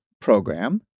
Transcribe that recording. program